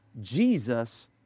Jesus